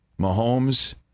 Mahomes